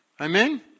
Amen